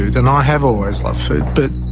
and i have always loved food but,